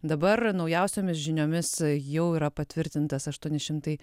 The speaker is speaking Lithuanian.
dabar naujausiomis žiniomis jau yra patvirtintas aštuoni šimtai